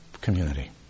community